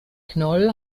knoll